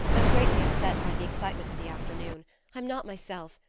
i'm greatly upset by the excitement of the afternoon i'm not myself.